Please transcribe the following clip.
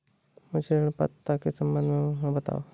मुझे ऋण पात्रता के सम्बन्ध में बताओ?